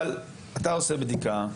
אבל אתה עושה בדיקה.